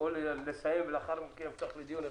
או לסיים ולאחר מכן לפתוח לדיון.